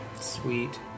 Sweet